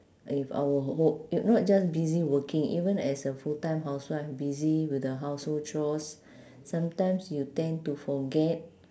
if our ho~ i~ not just busy working even as a full time house wife busy with the household chores sometimes you tend to forget